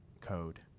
code